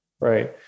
right